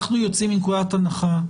אנחנו יוצאים מנקודת הנחה,